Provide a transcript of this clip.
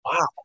Wow